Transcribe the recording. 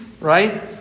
right